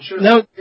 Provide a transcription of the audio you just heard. No